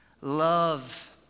Love